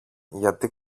γιατί